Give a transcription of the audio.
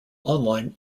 online